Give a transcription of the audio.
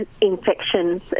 infections